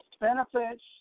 benefits